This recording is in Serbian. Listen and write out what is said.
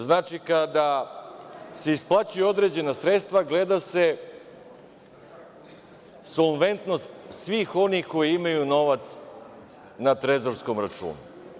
Znači, kada se isplaćuju određena sredstva, gleda se solventnost svih onih koji imaju novac na trezorskom računu.